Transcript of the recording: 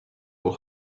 will